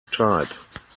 type